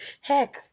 heck